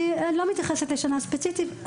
אני לא מתייחסת לשנה ספציפית.